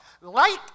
Light